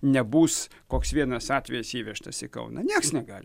nebus koks vienas atvejis įvežtas į kauną nieks negali